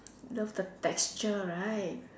love the texture right